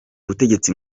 ubutegetsi